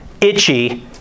itchy